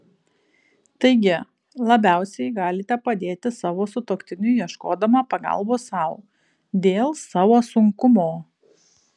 taigi labiausiai galite padėti savo sutuoktiniui ieškodama pagalbos sau dėl savo sunkumo